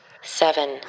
seven